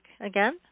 again